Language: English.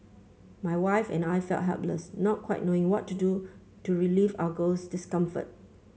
my wife and I felt helpless not quite knowing what to do to relieve our girl's discomfort